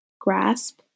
grasp